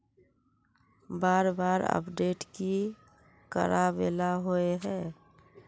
बार बार अपडेट की कराबेला होय है?